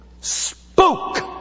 spoke